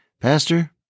Pastor